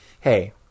hey